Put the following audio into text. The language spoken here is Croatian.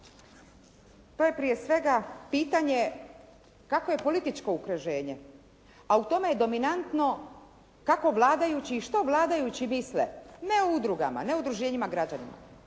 To je prije svega pitanje, kakvo je političko okruženje? A u tome je dominantno, kako je vladajući i što vladajući misle. Ne o udrugama, ne o udruženjima građana,